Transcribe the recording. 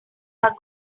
are